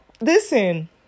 Listen